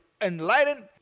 enlightened